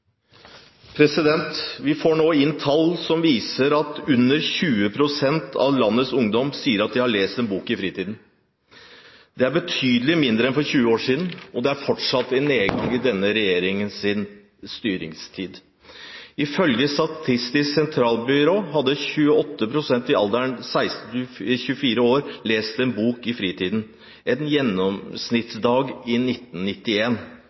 viser at under 20 pst. av landets ungdom sier at de har lest en bok i fritiden. Det er betydelig mindre enn for 20 år siden, og det er fortsatt en nedgang i denne regjeringens styringstid. Ifølge Statistisk sentralbyrå hadde 28 pst. i alderen 16–24 år lest en bok i fritiden en gjennomsnittsdag i